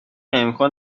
امکان